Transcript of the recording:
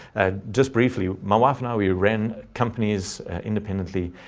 and just briefly, my wife and i, we ran companies independently.